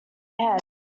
head